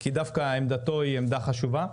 כי עמדתו חשובה.